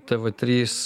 tv trys